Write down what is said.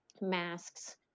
masks